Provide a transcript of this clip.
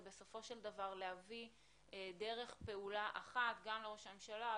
ובסופו של דבר להביא דרך פעולה אחת גם לראש הממשלה,